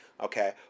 okay